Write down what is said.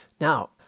Now